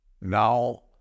Now